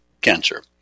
cancer